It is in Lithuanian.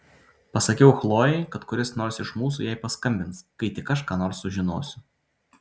pasakiau chlojei kad kuris nors iš mūsų jai paskambins kai tik aš ką nors sužinosiu